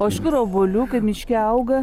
o iš kur obuoliukai miške auga